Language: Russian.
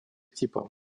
типа